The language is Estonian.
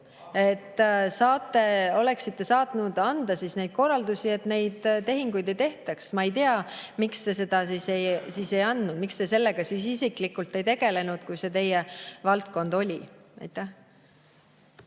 Te oleksite saanud anda korraldusi, et neid tehinguid ei tehtaks. Ma ei tea, miks te seda siis ei teinud. Miks te sellega siis isiklikult ei tegelenud, kui see teie valdkond oli?